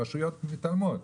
הרשויות מתעלמות.